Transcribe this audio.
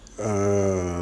err